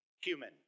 human